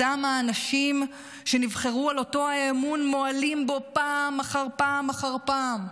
אותם האנשים שנבחרו על בסיס אותו אמון מועלים בו פעם אחר פעם אחר פעם,